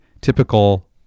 typical